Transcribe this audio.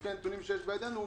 לפי הנתונים שיש בידינו,